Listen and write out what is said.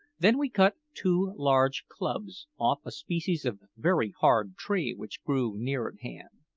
then we cut two large clubs off a species of very hard tree which grew near at hand.